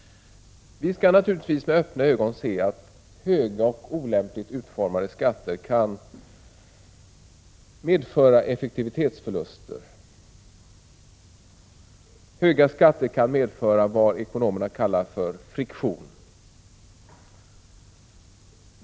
Vi skall naturligtvis med öppna ögon se att höga och olämpligt utformade skatter kan medföra effektivitetsförluster. Höga skatter kan medföra vad ekonomerna kallar friktion.